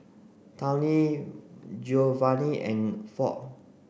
Tawny Giovanni and Ford